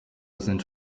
sind